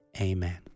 Amen